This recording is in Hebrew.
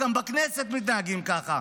גם בכנסת מתנהגים ככה,